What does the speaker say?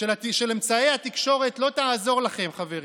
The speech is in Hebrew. אמצעי התקשורת לא תעזור לכם, חברים.